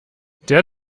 der